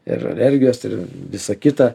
ir elgias ir visa kita